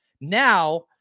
Now